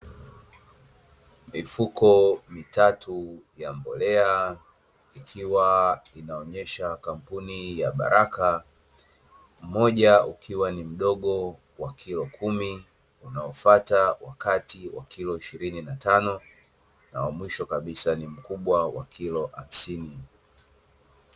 Mifuko mitatu ya mbolea ikiwa inaonyesha kampuni ya baraka mmoja ukiwa ni mdogo wa kilo kumi, unaofata wa kati wa kilo ishirini na tano na wa mwisho kabisa ni mkubwa kabisa wa kilo hamsini.